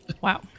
Wow